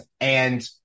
and-